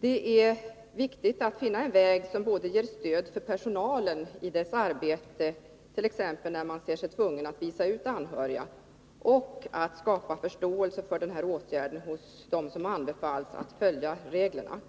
Det är viktigt att finna en väg som både ger ett stöd för personalen i dess arbete, t.ex. när man ser sig tvungen att visa ut anhöriga, och skapar förståelse för den här åtgärden hos dem som anbefallts att följa reglerna.